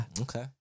okay